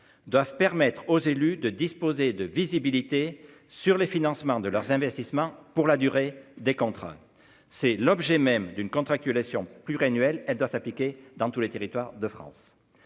doivent permettre aux élus de disposer de visibilité sur les financements de leurs investissements pour la durée des contrats, c'est l'objet même d'une contractualisation pluriannuelle, elle doit s'appliquer dans tous les territoires de France